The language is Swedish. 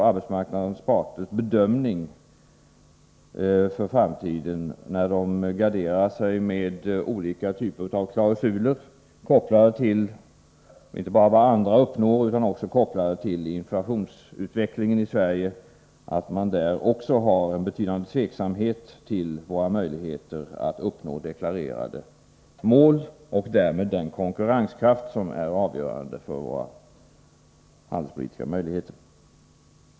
Arbetsmarknadens parters bedömning för framtiden, när de garderar sig med olika typer av klausuler, kopplade till inte bara vad andra uppnår utan också till inflationsutvecklingen i Sverige, visar väl att också de hyser en betydande tveksamhet inför våra möjligheter att uppnå deklarerade mål och därmed den konkurrenskraft som är avgörande för våra handelspolitiska utsikter.